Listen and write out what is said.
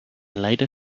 later